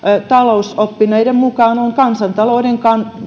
talousoppineiden mukaan on kansantalouden